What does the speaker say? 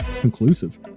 conclusive